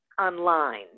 online